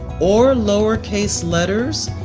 or lowercase letters,